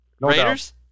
Raiders